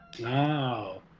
Wow